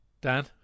Dan